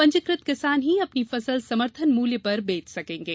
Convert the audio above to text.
पंजीकृत किसान ही अपनी फसल समर्थन मूल्य पर बेच सकेंगे